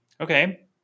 Okay